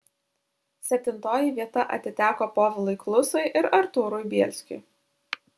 septintoji vieta atiteko povilui klusui ir artūrui bielskiui